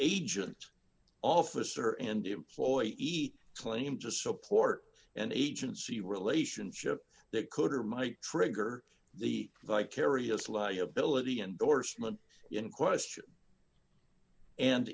agent officer and employee eat claim to support an agency relationship that could or might trigger the vicarious liability endorsement in question and